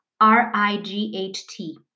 R-I-G-H-T